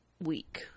week